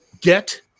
get